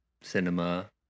cinema